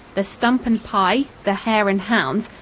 the stump and pie, the hare and hounds,